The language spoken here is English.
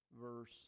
verse